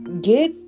get